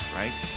right